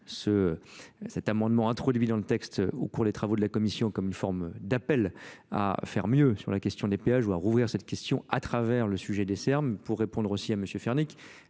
travaux de la Commission comme une cours des travaux de la Commission comme une forme d'appel à faire mieux sur la question des péages ou à rouvrir cette question à travers le sujet des S R M pour répondre aussi à M. Fernicle